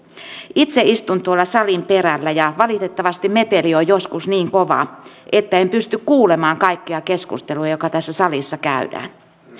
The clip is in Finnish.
itse istun tuolla salin perällä ja valitettavasti meteli on joskus niin kova että en pysty kuulemaan kaikkia keskusteluja joita tässä salissa käydään